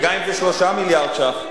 וגם אם זה 3 מיליארד שקלים,